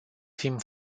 fim